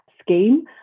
scheme